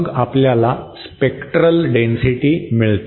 मग आपल्याला spectral density मिळते